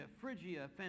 Phrygia